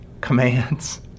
commands